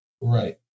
Right